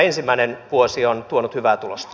ensimmäinen vuosi on tuonut hyvää tulosta